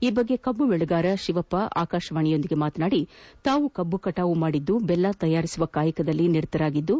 ಈ ಕುರಿತು ಕಬ್ಲು ಬೆಳೆಗಾರ ಶಿವಪ್ಪ ಆಕಾಶವಾಣಿಯೊಂದಿಗೆ ಮಾತನಾಡಿ ತಾವು ಕಬ್ಲು ಕಟಾವು ಮಾಡಿ ಬೆಲ್ಲ ತಯಾರಿಸುವ ಕಾಯಕದಲ್ಲಿ ನಿರತರಾಗಿದ್ದು